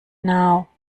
now